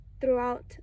throughout